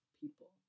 people